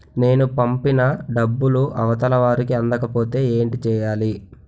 నేను పంపిన డబ్బులు అవతల వారికి అందకపోతే ఏంటి చెయ్యాలి?